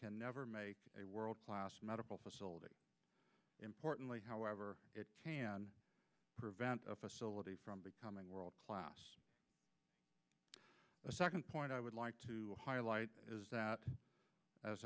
can never make a world class medical facility importantly however prevent a facility from becoming world class a second point i would like to highlight is that